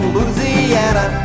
Louisiana